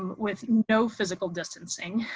with no physical distancing